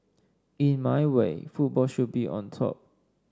in my way football should be on top